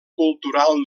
cultural